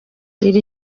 iri